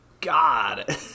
God